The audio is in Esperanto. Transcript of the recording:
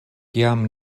kiam